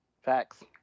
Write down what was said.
Facts